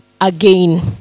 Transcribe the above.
again